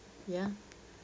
ya